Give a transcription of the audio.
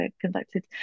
conducted